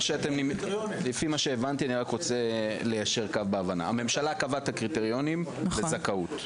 שהבנתי: הממשלה קבעה את הקריטריונים לזכאות.